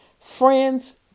Friends